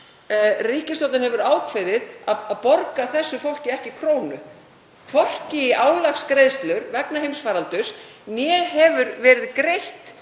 ríkisstjórnin hefur ákveðið að borga þessu fólki ekki krónu, hvorki í álagsgreiðslur vegna heimsfaraldurs né hefur verið greitt